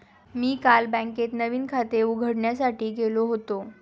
मी काल बँकेत नवीन खाते उघडण्यासाठी गेलो होतो